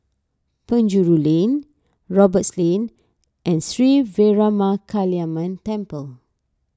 Penjuru Lane Roberts Lane and Sri Veeramakaliamman Temple